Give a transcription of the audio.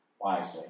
wisely